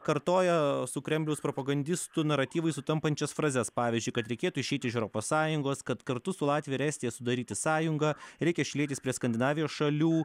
kartojo su kremliaus propagandistų naratyvais sutampančias frazes pavyzdžiui kad reikėtų išeiti iš europos sąjungos kad kartu su latvija ir estija sudaryti sąjungą reikia šlietis prie skandinavijos šalių